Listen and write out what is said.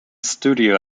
studio